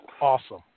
awesome